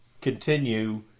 continue